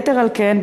יתר על כן,